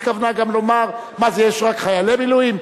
היא התכוונה גם לומר: מה זה, יש רק חיילי מילואים?